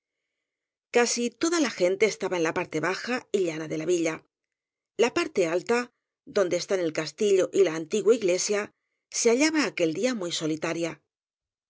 casi toda la gente estaba en la parte baja y llana de la villa la parte alta donde están el castillo y la antigua iglesia se hallaba aquel día muy solitaria